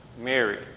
Mary